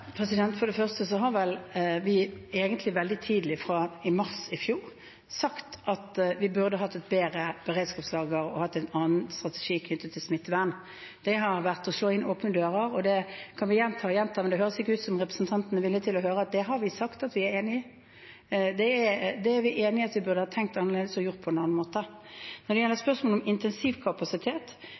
For det første har vi vel egentlig veldig tidlig, fra mars i fjor, sagt at vi burde hatt et bedre beredskapslager og hatt en annen strategi knyttet til smittevern. Det har vært å slå inn åpne dører, og det kan vi gjenta og gjenta, men det høres ikke ut som om representanten er villig til å høre at det har vi sagt at vi er enig i. Det er vi enig i at vi burde ha tenkt annerledes om og gjort på en annen måte. Når det gjelder spørsmålet om intensivkapasitet,